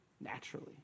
naturally